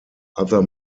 other